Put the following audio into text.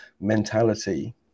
mentality